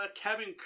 Kevin